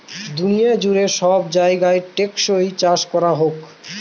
দুনিয়া জুড়ে সব জায়গায় টেকসই চাষ করা হোক